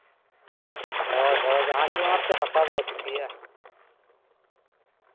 ᱦᱳᱭ ᱦᱳᱭ ᱡᱟᱦᱟᱸ ᱜᱮ ᱚᱱᱟᱛᱮ ᱦᱟᱥᱟ ᱵᱟᱭ ᱠᱷᱩᱛᱤᱭᱟ